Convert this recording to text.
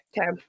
Okay